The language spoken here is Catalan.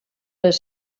les